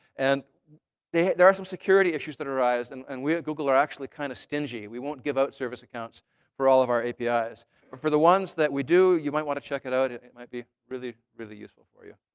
and there there are some security issues that arise. and and we, at google, are actually kind of stingy. we won't give out service accounts for all of our apis. but for the ones that we do, you might want to check it out. it it might be really, really useful for you.